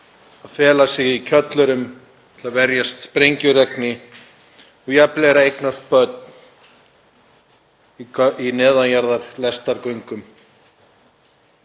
að fela sig í kjöllurum, verjast sprengjuregni og jafnvel að eignast börn í neðanjarðarlestargöngum,